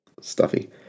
stuffy